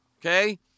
Okay